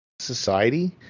society